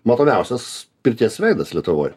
matomiausias pirties veidas lietuvoj